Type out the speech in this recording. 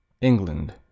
England